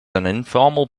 informal